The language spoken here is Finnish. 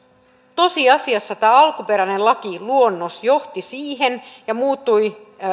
tosiasiassa tämä alkuperäinen lakiluonnos johti siihen ja muuttui